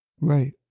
right